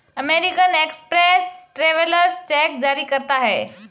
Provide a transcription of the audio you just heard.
American Express travellers cheque जारी करता है